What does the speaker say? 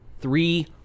three